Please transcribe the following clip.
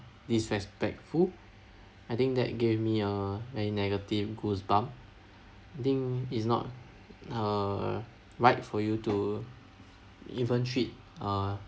disrespectful I think that gave me a very negative goosebumps I think is not uh right for you to even treat uh